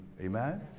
Amen